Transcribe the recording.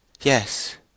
Yes